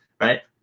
right